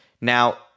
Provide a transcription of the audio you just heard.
Now